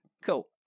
cool